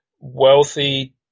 wealthy